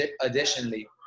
additionally